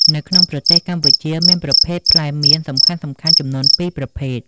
នៅក្នុងប្រទេសកម្ពុជាមានប្រភេទផ្លែមៀនសំខាន់ៗចំនួន ពីរប្រភេទ។